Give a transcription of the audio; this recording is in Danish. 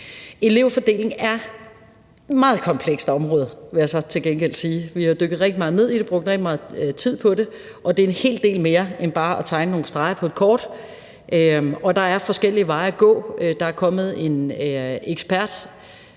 Elevfordeling er et meget komplekst område, vil jeg så til gengæld sige. Vi har dykket rigtig meget ned i det og brugt meget tid på det, og det er en hel del mere end bare at tegne nogle streger på et kort. Der er forskellige veje at gå. Der er kommet en